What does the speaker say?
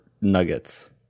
nuggets